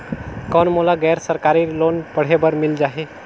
कौन मोला गैर सरकारी लोन पढ़े बर मिल जाहि?